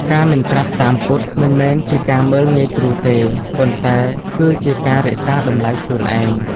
ការមិនត្រាប់តាម «ពុត» មិនមែនជាការមើលងាយគ្រូទេ ប៉ុន្តែគឺជាការរក្សាតម្លៃខ្លួនឯង។